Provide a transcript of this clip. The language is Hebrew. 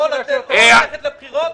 אתם רוצים ללכת לבחירות?